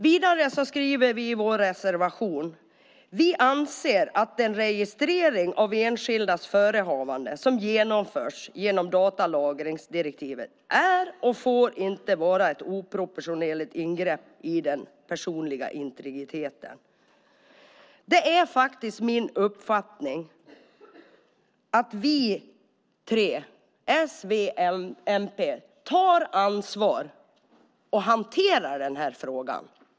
Vi skriver i vår reservation: "Vi anser att en registrering av enskildas förehavanden som genomförs genom datalagringsdirektivet är och får inte vara ett oproportionerligt ingrepp i den personliga integriteten." Det är min uppfattning att s, v och mp tar ansvar och hanterar frågan.